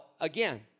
again